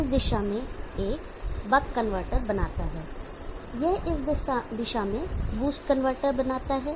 तो यह इस दिशा में एक बक कनवर्टर बनाता है यह इस दिशा में बूस्ट कंडक्टर बनाता है